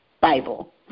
Bible